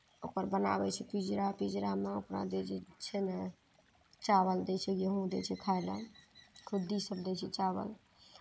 ओकर बनाबै छै पिजरा पिजरामे ओकरा जे छै ने चावल दै छै गेहूँ दै छै खाइ लए खुद्दी सभ दै छै चावल